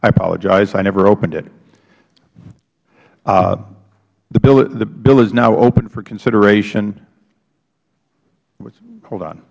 i apologize i never opened it the bill is now open for consideration hold on